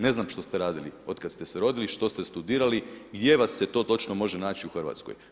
Ne znam što ste radili otkad ste se rodili, što ste studirali, gdje vas se to točno može naći u Hrvatskoj.